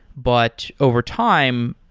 but, over time,